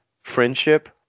friendship